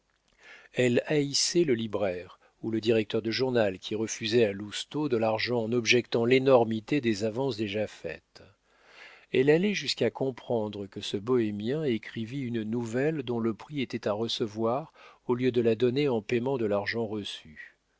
elle haïssait le libraire ou le directeur du journal qui refusait à lousteau de l'argent en objectant l'énormité des avances déjà faites elle allait jusqu'à comprendre que ce bohémien écrivît une nouvelle dont le prix était à recevoir au lieu de la donner en paiement de l'argent reçu